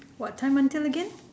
what time until again